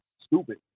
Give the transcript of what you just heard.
stupid